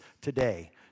today